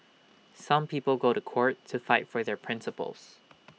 some people go to court to fight for their principles